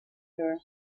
her